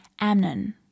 Amnon